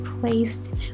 placed